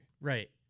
Right